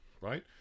right